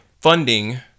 funding